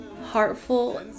Heartful